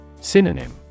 Synonym